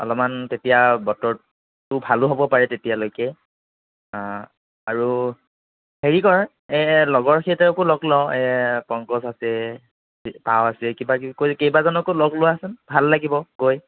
অলপমান তেতিয়া বতৰটো ভালো হ'ব পাৰে তেতিয়ালৈকে আৰু হেৰি কৰ লগৰ কেইটাকো লগ লওঁ পংকজ আছে আছে কিবাকিবি কৰি কেইবাজনকো লগ লোৱাচোন ভাল লাগিব গৈ